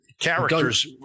characters